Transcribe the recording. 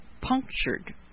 punctured